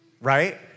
right